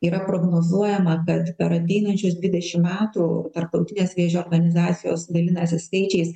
yra prognozuojama kad per ateinančius dvidešimt metų tarptautinės vėžio organizacijos dalinasi skaičiais